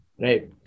right